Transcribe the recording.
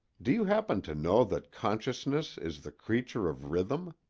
do you happen to know that consciousness is the creature of rhythm?